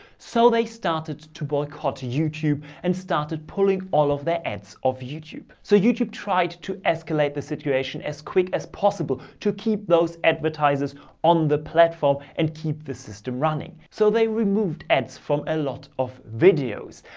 so they started to boycott youtube and started pulling all of their ads of youtube. so youtube tried to escalate the situation as quick as possible to keep those advertisers on the platform and keep the system running. so they removed ads from a lot of videos,